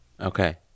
Okay